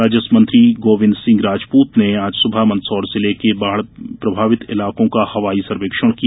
राजस्व मंत्री गोविन्द सिंह राजपूत ने आज सुबह मंदसौर जिले के बाढ़ प्रभावित इलाकों का हवाई सर्वेक्षण किया